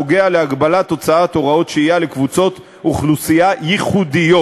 קשור להגבלת הוצאת הוראות שהייה לקבוצות אוכלוסייה ייחודיות.